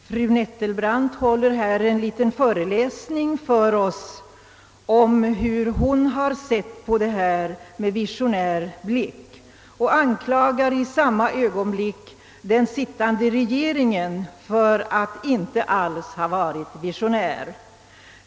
Herr talman! Fru Nettelbrandt höll en liten föreläsning för oss om hur hon med visionär bilck har sett på denna fråga och anklagade i samma ögonblick den sittande regeringen för att inte alls ha varit visionär.